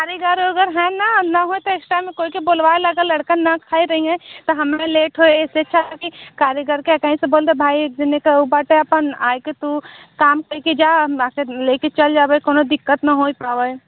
कारीगर उधर हैं ना होए तो एक बार काहू कह क्या बुलवा लो कहीं लर्कन ना खाई रही है ता हमे ना लेट होई इससे अच्छा की कारीगर से कहीं से बोल दो भाई एक दिन का बात है अपन आई एक तू काम करके जा हम वहाँ से ले के चलबा कोनों दिक्कत ना हुई पावे